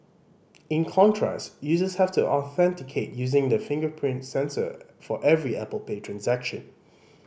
in contrast users have to authenticate using the fingerprint sensor for every Apple Pay transaction